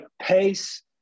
pace